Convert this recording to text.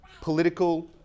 political